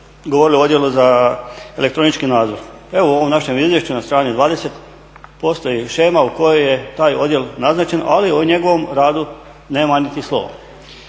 govorilo o Odjelu za elektronički nadzor. Evo, u ovom našem izvješću na strani 20 postoji shema u kojoj je taj odjel naznačen, ali o njegovom radu nema niti slova.